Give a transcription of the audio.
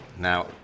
Now